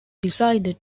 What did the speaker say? decided